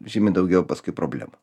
žymiai daugiau paskui problemų